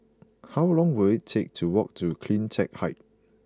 how long will it take to walk to Cleantech Height